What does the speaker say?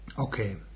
Okay